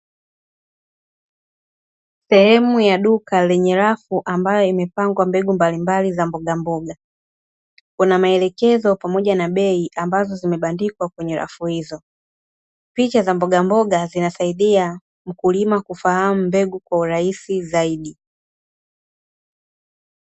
Sehemu ya duka lenye rafu ambayo imepangwa mbegu mbalimbali za mbogamboga, kuna maelekezo pamoja na bei ambazo zimebandikwa kwenye rafu hizo. Picha za mbogamboga zinasaidia mkulima kufahamu mbegu kwa urahisi zaidi.